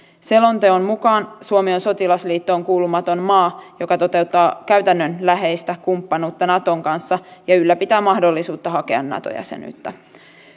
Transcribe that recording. selonteon mukaan suomi on sotilasliittoon kuulumaton maa joka toteuttaa käytännönläheistä kumppanuutta naton kanssa ja ylläpitää mahdollisuutta hakea nato jäsenyyttä